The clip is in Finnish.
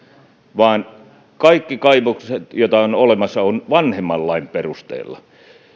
vaan kaikki kaivokset jotka ovat olemassa ovat vanhemman lain perusteella